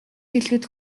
хэлэхэд